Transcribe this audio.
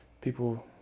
people